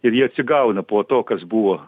ir jie atsigauna po to kas buvo